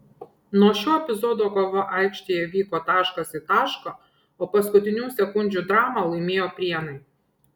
nuo šio epizodo kova aikštėje vyko taškas į tašką o paskutinių sekundžių dramą laimėjo prienai